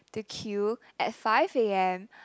to queue at five a_m